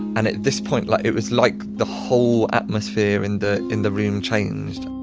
and at this point like it was like the whole atmosphere in the in the room changed.